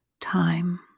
time